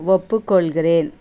ஒப்புக்கொள்கிறேன்